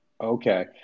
Okay